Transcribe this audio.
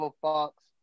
Fox